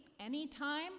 anytime